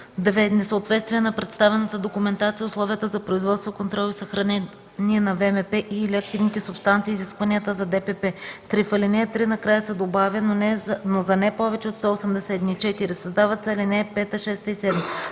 „2. несъответствие на представената документация, условията за производство, контрол и съхранение на ВМП и/или активните субстанции и изискванията за ДПП.”. 3. В ал. 3 накрая се добавя „но за не повече от 180 дни”. 4. Създават се ал. 5, 6 и 7: